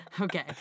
Okay